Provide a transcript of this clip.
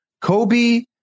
Kobe